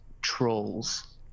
trolls